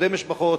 איחודי משפחות.